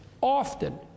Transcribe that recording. often